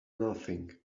nothing